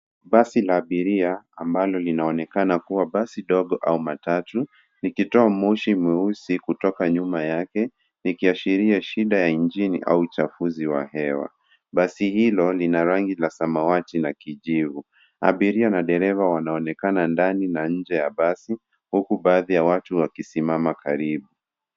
Basi la abiria ambalo linaonekana kuwa basi dogo au matatu likitoa moshi mweusi kutoka nyuma yake, ikiashiria shida ya injini au uchafuzi wa hewa. Basi hilo lina rangi ya samawati na kijivu. Abiria na dereva wanaonekana ndani na nje ya basi huku baadhi ya watu wakisimama karibu.